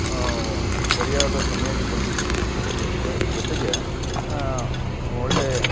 ಸರಿಯಾದ ಸಮಯಕ್ಕೆ ಬಂದಿದ್ದು ಸರಿಯಷ್ಟೇ ಜೊತೆಗೆ ಒಳ್ಳೆಯ